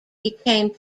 became